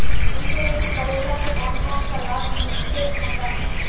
Insurance करेला से कोन कोन सा लाभ मिलते हमरा?